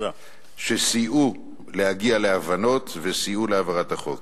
שסייעו להגיע להבנות וסייעו להעברת החוק.